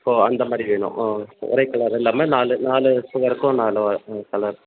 ஓ அந்த மாதிரி வேணும் ம் ஒரே கலர் இல்லாமல் நாலு நாலு சுவருக்கும் நாலு ம் கலர்